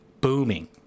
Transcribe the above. booming